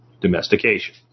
domestication